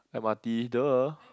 m_r_t duh